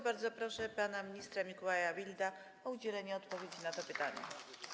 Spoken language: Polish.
Bardzo proszę pana ministra Mikołaja Wilda o udzielenie odpowiedzi na to pytanie.